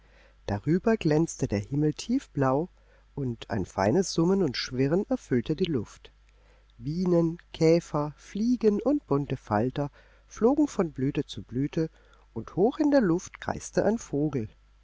darüber glänzte der himmel tiefblau und ein feines summen und schwirren erfüllte die luft bienen käfer fliegen und bunte falter flogen von blüte zu blüte und hoch in der luft kreiste ein vogel